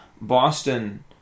Boston